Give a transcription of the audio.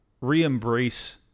Re-embrace